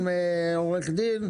ביקשנו מהם לדבר הכי פשוט.